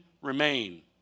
remain